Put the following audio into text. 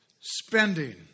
spending